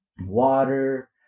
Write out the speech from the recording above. Water